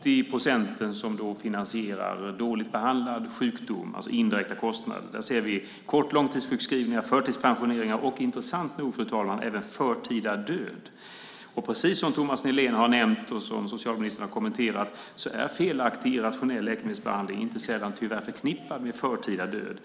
80 procent som finansierar dåligt behandlad sjukdom, alltså indirekta kostnader, är kort och långtidssjukskrivningar, förtidspensioneringar och intressant nog, fru talman, även förtida död. Precis som Thomas Nihlén har nämnt och som socialministern har kommenterat är felaktig irrationell läkemedelsbehandling inte sällan tyvärr förknippad med förtida död.